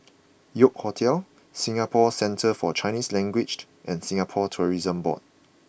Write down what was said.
York Hotel Singapore Centre For Chinese Language and Singapore Tourism Board